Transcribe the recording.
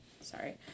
Sorry